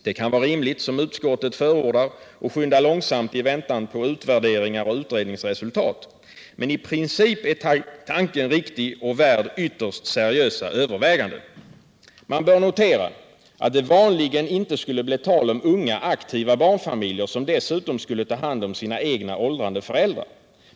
Det kan vara rimligt, som utskottet förordar, att skynda långsamt i väntan på utvärderingar och utredningsresultat. Men i princip är tanken riktig och värd ytterst seriösa överväganden. Man bör notera att det vanligen inte skulle bli tal om unga, aktiva barnfamiljer som skulle ta hand om sina egna åldrande föräldrar.